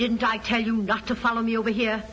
didn't i tell you not to follow me over here